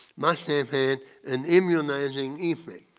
must have had an immunizing evening,